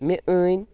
مےٚ أنۍ